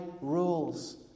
rules